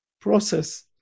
process